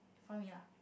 for me lah